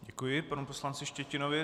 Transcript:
Děkuji panu poslanci Štětinovi.